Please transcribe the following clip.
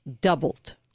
doubled